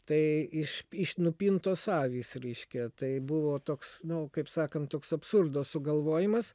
tai iš iš nupintos avys reiškia tai buvo toks nu kaip sakant toks absurdo sugalvojimas